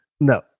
No